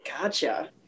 Gotcha